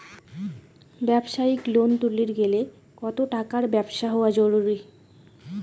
ব্যবসায়িক লোন তুলির গেলে কতো টাকার ব্যবসা হওয়া জরুরি?